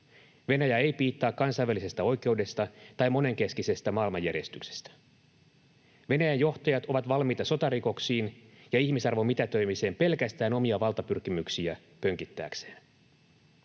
Venäjä ei piittaa kansainvälisestä oikeudesta tai monenkeskisestä maailmanjärjestyksestä. Venäjän johtajat ovat valmiita sotarikoksiin ja ihmisarvon mitätöimiseen pelkästään omia valtapyrkimyksiään pönkittääkseen.